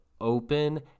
open